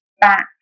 back